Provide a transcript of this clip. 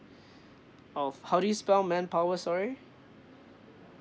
of how do you spell manpower sorry